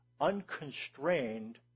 unconstrained